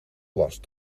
last